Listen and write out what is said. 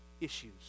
issues